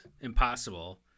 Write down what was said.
Impossible